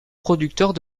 producteurs